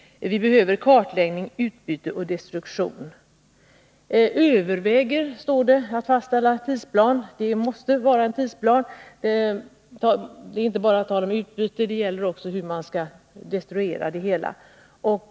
Vi behöver kartläggning, utbyte och destruktion. Det framhålls i svaret att det är angeläget att verket ”överväger att fastställa en tidsplan för utbytet”. Det måste upprättas en tidsplan. Det är inte heller bara fråga om utbyte, utan det gäller också hur destrueringen skall ske.